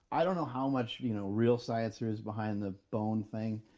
i don't know how much you know real science there is behind the bone thing.